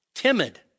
timid